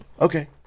Okay